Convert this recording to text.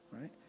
right